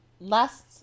last